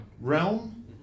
realm